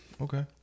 Okay